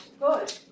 good